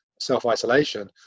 self-isolation